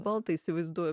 baltą įsivaizduoju